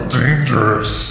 dangerous